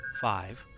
five